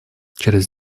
через